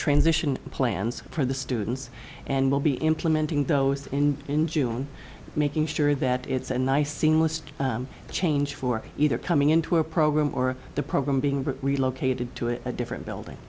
transition plans for the students and we'll be implementing those and in june making sure that it's a nice seamless change for either coming into our program or the program being relocated to a different building